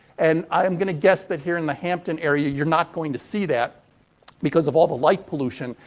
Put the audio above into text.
and, i'm going to guess that here in the hampton area you're not going to see that because of all the light pollution,